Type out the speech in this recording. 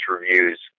reviews